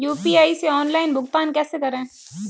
UPI से online भुगतान कैसे करें?